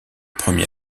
premier